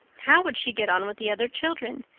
how would she get on with the other children?